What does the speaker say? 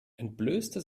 entblößte